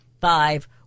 five